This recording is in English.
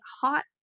hot